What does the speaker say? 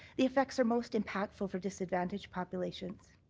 the effects are most impactful for disadvantaged populations.